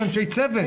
עזבי אנשי צוות.